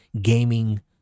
gaming